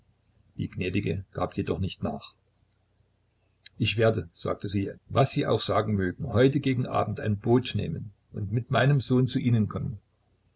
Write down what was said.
die gnädige gab jedoch nicht nach ich werde sagt sie was sie auch sagen mögen heute gegen abend ein boot nehmen und mit meinem sohne zu ihnen kommen